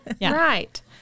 Right